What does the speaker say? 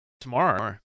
tomorrow